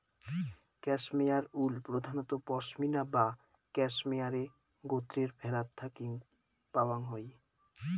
cashmere wool প্রধানত পসমিনা বা ক্যাশমেয়ারে গোত্রের ভ্যাড়াত থাকি পাওয়াং যাই